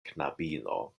knabino